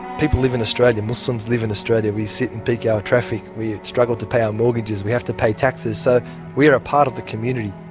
people live in australia, muslims live in australia, we sit in peak hour traffic, we struggle to pay our mortgages, we have to pay taxes, so we are a part of the community.